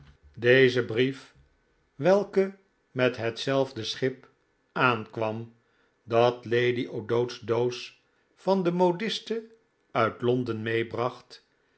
deze brief welke met hetzelfde schip aankwam dat lady o'dowd's doos van de modiste uit londen meebracht